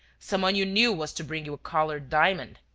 someone you knew was to bring you a coloured diamond.